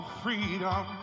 freedom